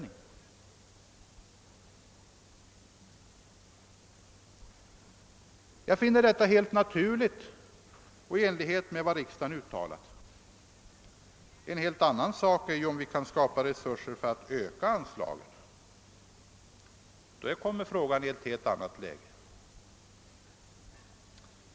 Detta finner jag helt naturligt och i enlighet med vad riksdagen har uttalat. En helt annan sak är det om vi kan skapa resurser för att öka anslagen.